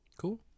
Cool